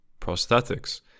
prosthetics